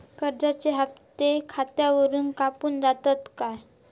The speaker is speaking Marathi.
कर्जाचे हप्ते खातावरून कापून जातत काय?